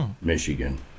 Michigan